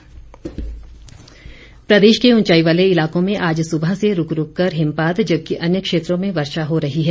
मौसम प्रदेश के ऊंचाई वाले इलाको में आज सुबह से रूक रूक कर हिमपात जबकि अन्य क्षेत्रों में वर्षा हो रही है